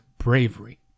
Bravery